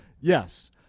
Yes